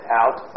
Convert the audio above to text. out